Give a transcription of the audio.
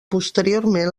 posteriorment